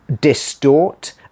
distort